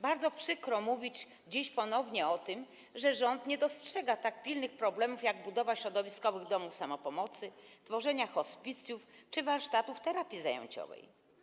Bardzo przykro mówić dziś ponownie o tym, że rząd nie dostrzega tak pilnych problemów jak budowa środowiskowych domów samopomocy, tworzenie hospicjów czy warsztatów terapii zajęciowej.